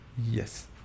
Yes